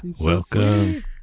Welcome